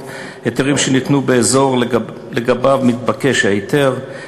והיתרים שניתנו באזור שלגביו מתבקש ההיתר,